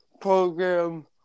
program